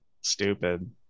stupid